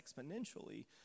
exponentially